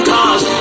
Cause